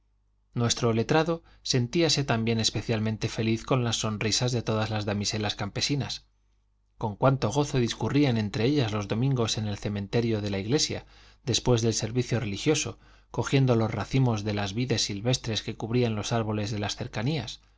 nuestro letrado sentíase también especialmente feliz con las sonrisas de todas las damiselas campesinas con cuánto gozo discurrían entre ellas los domingos en el cementerio de la iglesia después del servicio religioso cogiendo los racimos de las vides silvestres que cubrían los árboles de las cercanías